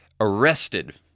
arrested